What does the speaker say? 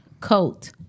Coat